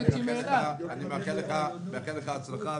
אני מאחל לך הצלחה,